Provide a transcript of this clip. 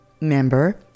member